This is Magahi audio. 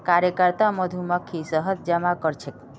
कार्यकर्ता मधुमक्खी शहद जमा करछेक